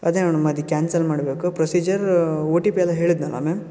ಅದೇ ಮೇಡಮ್ ಅದು ಕ್ಯಾನ್ಸಲ್ ಮಾಡಬೇಕು ಪ್ರೊಸೀಜರ್ ಓ ಟಿ ಪಿಯೆಲ್ಲ ಹೇಳಿದ್ದೀನಲ್ಲ ಮ್ಯಾಮ್